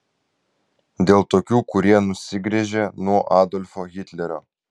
dėl tokių kurie nusigręžė nuo adolfo hitlerio